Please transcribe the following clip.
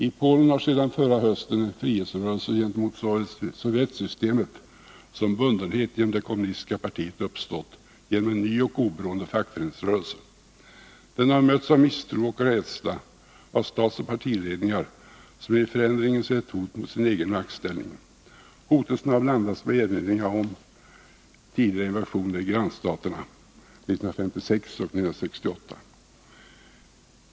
I Polen har sedan förra hösten en frihetsrörelse gentemot såväl sovjetsystemet som bundenheten till det kommunistiska partiet uppstått genom en ny och oberoende fackföreningsrörelse. Den har mötts av misstro och rädsla av statsoch partiledningar, som i förändringen ser ett hot mot sin egen maktställning. Hotelserna har blandats med erinringar om tidigare invasioner i grannstaterna 1956 och 1968.